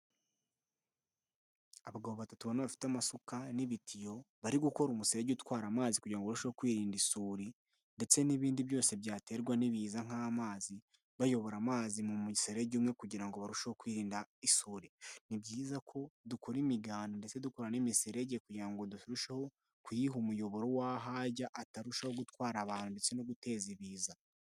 Abagabo batatu ubona bafite amasuka n'ibitiyo, bari gukora umuserege utwara amazi, kugira ngo barusheho kwirinda isuri, ndetse n'ibindi byose byaterwa n'ibiza nk'amazi. Bayobora amazi mu muserege umwe, kugira ngo barusheho kwirinda isuri. Ni byiza ko dukora imiganda ndetse dukora n'imiserege kugira ngo turusheho kuyiha umuyoboro w'aho ajya, atarushaho gutwara abantu ndetse no guteza ibiza.